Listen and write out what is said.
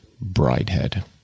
Bridehead